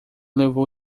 levou